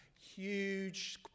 Huge